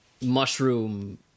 mushroom